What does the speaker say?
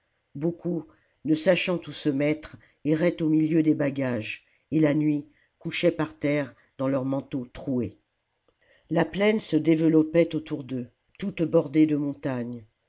beaucoup ne sachant où se mettre erraient au miheu des bagages et la nuit couchaient par terre dans leurs manteaux troués la plaine se développait autour d'eux toute bordée de montagnes